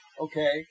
okay